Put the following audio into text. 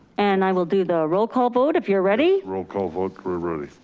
and i will do the roll call vote if you're ready. roll call vote we're ready.